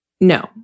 no